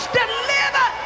deliver